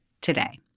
today